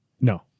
no